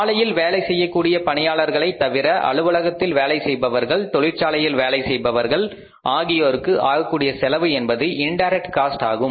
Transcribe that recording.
ஆலையில் வேலை செய்யக்கூடிய பணியாளர்களைத் தவிர அலுவலகத்தில் வேலை செய்பவர்கள் தொழிற்சாலையில் வேலை செய்பவர்கள் ஆகியோருக்கு ஆகக்கூடிய செலவு என்பது இண்டைரக்ட் காஸ்ட் ஆகும்